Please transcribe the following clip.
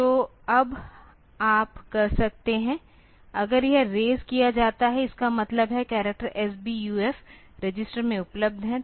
तो अब आप कर सकते हैं अगर यह रेज किया जाता है इसका मतलब है करैक्टर SBUF रजिस्टर में उपलब्ध है